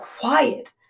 quiet